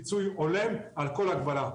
פיצוי הולם על כל הגבלה.